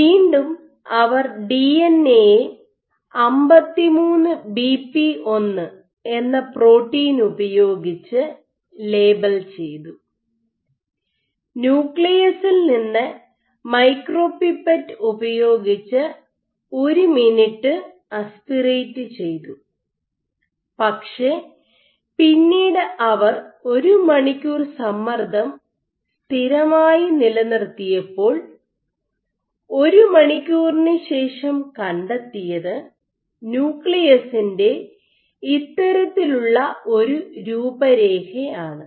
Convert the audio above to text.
വീണ്ടും അവർ ഡിഎൻഎ യെ 53 ബിപി 1 എന്ന പ്രോട്ടീൻ ഉപയോഗിച്ച് ലേബൽ ചെയ്തു ന്യൂക്ലിയസിൽ നിന്ന് മൈക്രോപിപ്പറ്റ് ഉപയോഗിച്ച് ഒരു മിനിറ്റ് ആസ്പിറേറ്റ് ചെയ്തു പക്ഷേ പിന്നീട് അവർ ഒരു മണിക്കൂർ സമ്മർദ്ദം സ്ഥിരമായി നിലനിർത്തിയപ്പോൾ ഒരു മണിക്കൂറിന് ശേഷം കണ്ടെത്തിയത് ന്യൂക്ലിയസിൻ്റെ ഇത്തരത്തിലുള്ള ഒരു രൂപരേഖ ആണ്